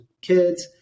kids